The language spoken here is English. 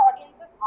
audiences